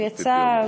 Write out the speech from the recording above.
הוא יצא.